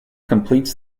completes